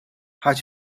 have